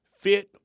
fit